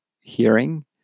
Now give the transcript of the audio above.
hearing